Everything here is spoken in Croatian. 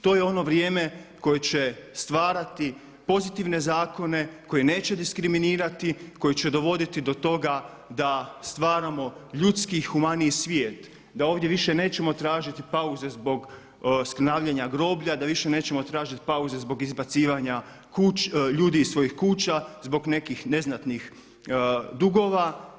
To je ono vrijeme koje će stvarati pozitivne zakone, koje neće diskriminirati, koji će dovoditi do toga da stvaramo ljudski i humaniji svijet, da ovdje više nećemo tražiti pauze zbog skrnavljenja groblja, da više nećemo tražiti pauzu zbog izbacivanja ljudi iz svojih kuća zbog nekih neznatnih dugova.